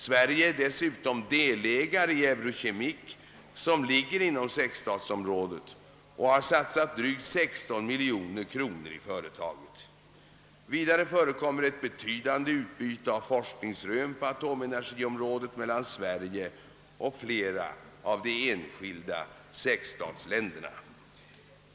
Sverige är dessutom delägare i Eurochemic, som ligger inom sexstatsområdet, och har satsat drygt 16 miljoner kronor i företaget. Vidare förekommer ett betydande utbyte av forskningsrön på atomenergiområdet mellan Sverige och flera av de enskilda sexstatsländerna.